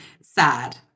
sad